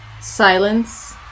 silence